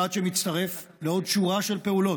צעד שמצטרף לעוד שורה של פעולות,